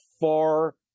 far